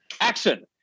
action